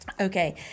Okay